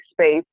space